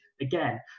again